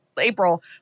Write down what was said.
April